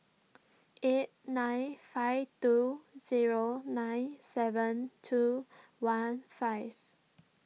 eight nine five two zero nine seven two one five